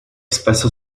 spesso